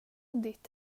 ditt